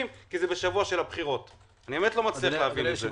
כי זה בשבוע של הבחירות אני באמת לא מצליח להבין את זה.